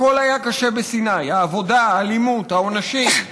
הכול היה קשה בסיני: העבודה, האלימות, העונשים.